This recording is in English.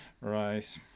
Right